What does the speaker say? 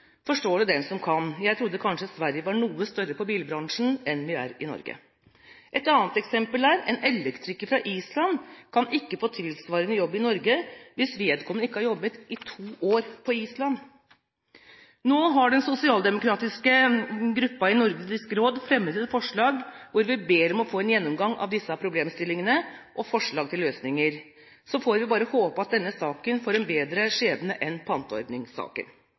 Forstå det den som kan! Jeg trodde kanskje Sverige var noe større innen bilbransjen enn Norge. Et annet eksempel er at en elektriker fra Island kan ikke få tilsvarende jobb i Norge hvis vedkommende ikke har jobbet i to år på Island. Nå har den sosialdemokratiske gruppen i Nordisk råd fremmet et forslag hvor vi ber om å få en gjennomgang av disse problemstillingene og forslag til løsninger. Så får vi bare håpe at denne saken får en bedre skjebne enn panteordningssaken.